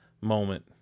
moment